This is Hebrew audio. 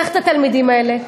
קח את התלמידים האלה,